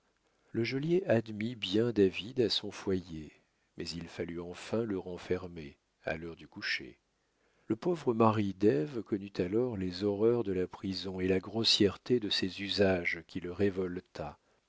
le geôlier admit bien david à son foyer mais il fallut enfin le renfermer à l'heure du coucher le pauvre mari d'ève connut alors les horreurs de la prison et la grossièreté de ses usages qui le